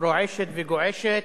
רועשת וגועשת,